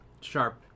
sharp